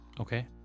Okay